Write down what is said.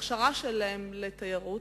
הכשרה שלהם לתיירות,